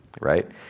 right